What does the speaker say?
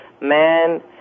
man